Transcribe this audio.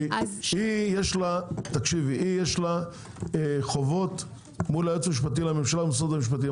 כי יש לה חובות מול היועץ המשפטי לממשלה ומשרד המשפטים.